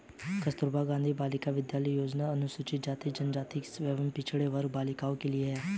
कस्तूरबा गांधी बालिका विद्यालय योजना अनुसूचित जाति, जनजाति व पिछड़े वर्ग की बालिकाओं के लिए है